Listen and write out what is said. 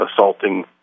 assaulting